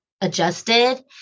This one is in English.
adjusted